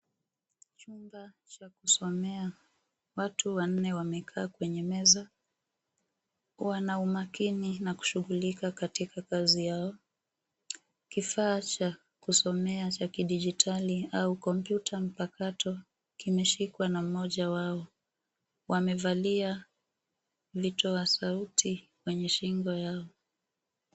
Chumba cha kusomea watu wanne wamekaa kwenye meza. Wana umakini na kushughulika katika kazi yao. Kifaa cha kusomea cha kidigitali au kompyuta mpakato kimeshikwa na mmoja wao. Wamevalia vitoasauti kwenye shingo zao.